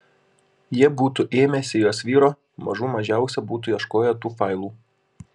jie būtų ėmęsi jos vyro mažų mažiausia būtų ieškoję tų failų